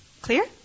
Clear